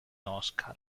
oscar